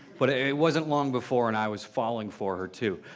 but it wasn't long before and i was falling for her too.